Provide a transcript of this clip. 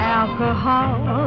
alcohol